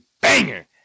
banger